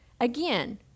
again